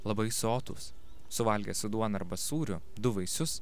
labai sotūs suvalgę su duona arba sūriu du vaisius